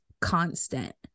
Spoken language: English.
constant